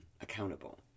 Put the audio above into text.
accountable